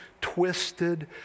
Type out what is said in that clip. twisted